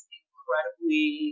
incredibly